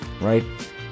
right